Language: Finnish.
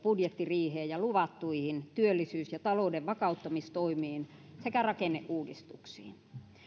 budjettiriiheen ja luvattuihin työllisyys ja talouden vakauttamistoimiin sekä rakenneuudistuksiin